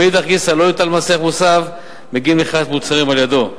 ומאידך גיסא לא יוטל מס ערך מוסף בגין מכירת המוצרים על-ידו.